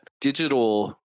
digital